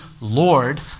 Lord